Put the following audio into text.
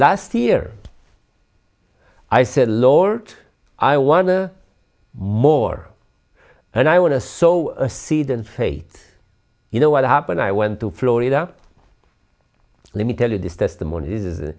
last year i said lord i wanna more and i want to sow a seed and say you know what happened i went to florida let me tell you this testimony is